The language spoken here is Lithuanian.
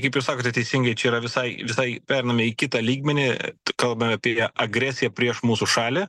kaip jūs sakote teisingai čia yra visai visai pereiname į kitą lygmenį kalbame apie agresiją prieš mūsų šalį